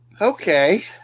Okay